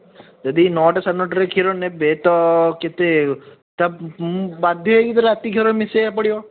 ଯଦି ନଅଟା ସାଢ଼େ ନଅଟାରେ କ୍ଷୀର ନେବେ ତ କେତେ ମୁଁ ବାଧ୍ୟ ହେଇକି ରାତି କ୍ଷୀର ମିଶାଇବାକୁ ପଡ଼ିବ